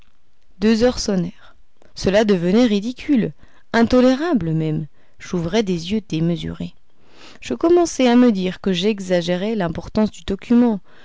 deux heures sonnèrent cela devenait ridicule intolérable même j'ouvrais des yeux démesurés je commençai à me dire que j'exagérais l'importance du document